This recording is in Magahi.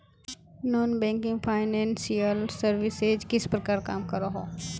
नॉन बैंकिंग फाइनेंशियल सर्विसेज किस प्रकार काम करोहो?